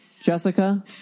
Jessica